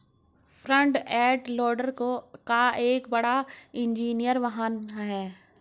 front end loader एक बड़ा engineering वाहन है